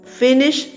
finish